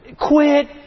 Quit